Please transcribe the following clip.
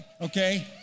okay